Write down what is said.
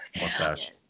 Mustache